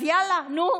אז יאללה, נו.